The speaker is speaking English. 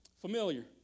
Familiar